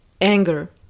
Anger